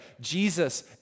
Jesus